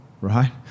right